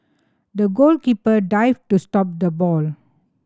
the goalkeeper dived to stop the ball